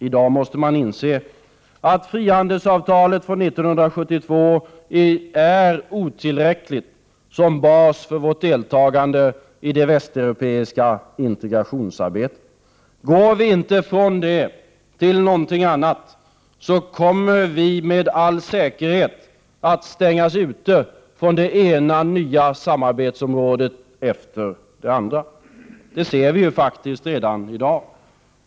I dag måste man inse att frihandelsavtalet från 1972 är otillräckligt som bas för vårt deltagande i det västeuropeiska integrationsarbetet. Går vi inte från det till någonting annat, kommer vi med all säkerhet att stängas ute från det ena nya samarbetsområdet efter det andra. Det ser vi faktiskt redan i dag.